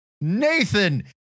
Nathan